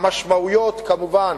כמובן,